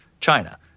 China